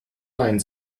nein